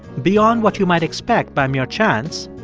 beyond what you might expect by mere chance.